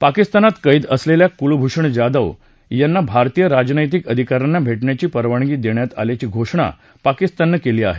पाकिस्तानात कैद असलेल्या कुलभूषण जाधव यांना भारतीय राजनैतिक अधिकाऱ्यांना भेटण्याची परवानगी देण्यात आल्याची घोषणा पाकिस्ताननं केली आहे